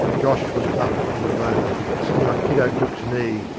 josh was up in a moment, sitting on kiddo cook's knee,